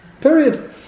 Period